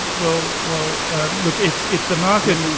well well look if if the market.